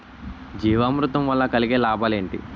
జీవామృతం వల్ల కలిగే లాభాలు ఏంటి?